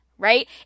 right